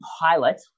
pilot